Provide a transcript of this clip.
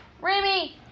Remy